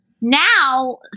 Now